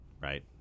Right